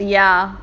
ya